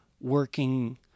working